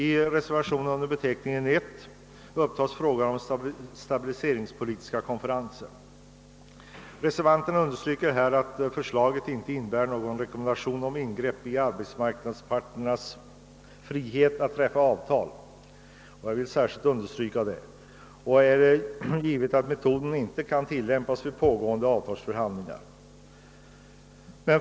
I reservationen 1 till bankoutskottets utlåtande nr 38 upptas frågan om stabiliseringspolitiska konferenser. Reservanterna understryker att förslaget inte innebär någon rekommendation om ingrepp i arbetsmarknadsparternas frihet att träffa avtal. Det vill jag särskilt understryka. Det är också givet att metoden inte kan tillämpas vid pågående avtalsförhandlingar.